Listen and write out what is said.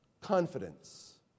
Confidence